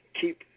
Keep